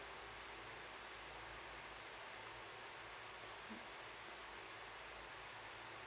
mm